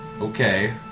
okay